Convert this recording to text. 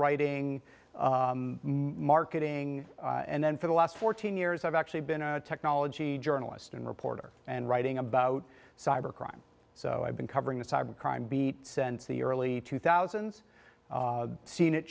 writing marketing and then for the last fourteen years i've actually been a technology journalist and reporter and writing about cyber crime so i've been covering the cyber crime beat since the early to thousands seen it